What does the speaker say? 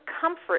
comfort